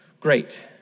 Great